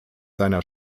seiner